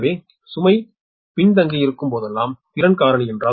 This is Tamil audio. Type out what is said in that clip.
எனவே சுமை பின்தங்கியிருக்கும் போதெல்லாம் திறன் காரணி என்றால் அது 0